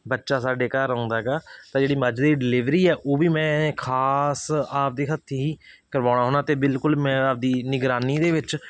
ਬੱਚਾ ਸਾਡੇ ਘਰ ਆਉਂਦਾ ਹੈਗਾ ਤਾਂ ਜਿਹੜੀ ਮੱਝ ਦੀ ਡਿਲੀਵਰੀ ਆ ਉਹ ਵੀ ਮੈਂ ਖਾਸ ਆਪ ਦੇ ਹੱਥੀਂ ਹੀ ਕਰਵਾਉਂਦਾ ਹੁੰਦਾ ਅਤੇ ਬਿਲਕੁਲ ਮੈਂ ਆਪਦੀ ਨਿਗਰਾਨੀ ਦੇ ਵਿੱਚ